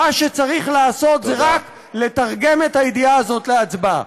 מה שצריך לעשות זה רק לתרגם את הידיעה הזאת להצבעה.